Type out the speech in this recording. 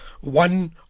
One